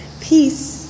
Peace